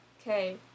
Okay